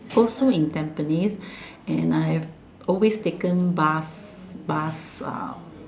also in Tampines and I've always taken bus bus uh